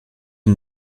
est